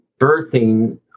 birthing